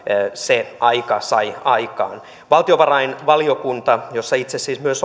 se aika sai aikaan valtiovarainvaliokunta jossa itse siis myös